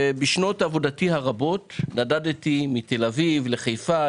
בשנות עבודתי הרבות נדדתי מתל אביב לחיפה,